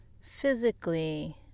physically